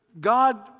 God